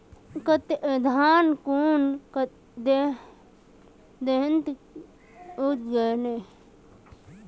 धान कुन दिनोत उगैहे